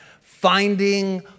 Finding